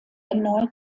erneut